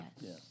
Yes